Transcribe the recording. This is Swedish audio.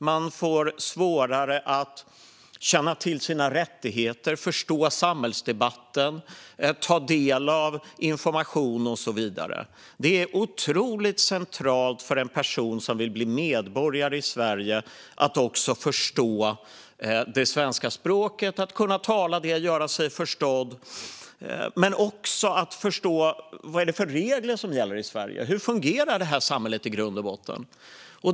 Man får svårare att känna till sina rättigheter, att förstå samhällsdebatten, att ta del av information och så vidare. Det är otroligt centralt för en person som vill bli medborgare i Sverige att också förstå det svenska språket, tala det och att göra sig förstådd. Men det handlar också om att förstå: Vad är det för regler som gäller i Sverige? Hur fungerar detta samhälle, i grund och botten?